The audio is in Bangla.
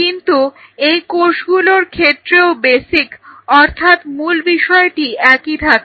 কিন্তু এই কোষগুলোর ক্ষেত্রেও বেসিক অর্থাৎ মূল বিষয়টি একই থাকে